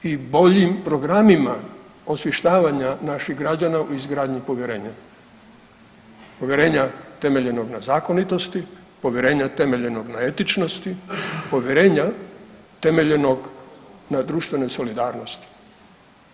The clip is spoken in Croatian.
I boljim programima osvještavanja naših građana u izgradnji povjerenja, povjerenja temeljenog na zakonitosti, povjerenja temeljenog na etičnosti, povjerenja temeljenog na društvenoj solidarnosti.